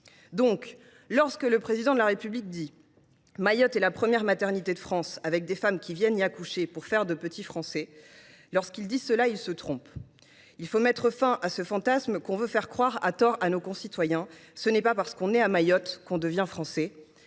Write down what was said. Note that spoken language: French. Donc, lorsque le Président de la République affirme que « Mayotte est la première maternité de France, avec des femmes qui viennent y accoucher pour faire de petits Français », il se trompe. Il faut mettre fin à ce fantasme auquel on veut faire croire, à tort, nos concitoyens : ce n’est pas parce que l’on naît à Mayotte que l’on devient Français.